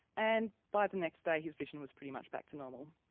and by the next day his vision was pretty much back to normal.